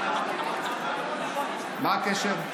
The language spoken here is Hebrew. מה הקשר?